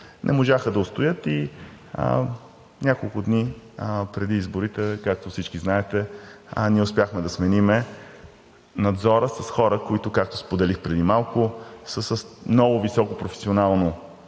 не можаха да устоят и няколко дни преди изборите, както всички знаете, ние успяхме да сменим Надзора с хора, които, както споделих преди малко, са с много високо професионално